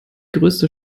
größte